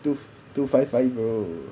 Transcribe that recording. two two five five zero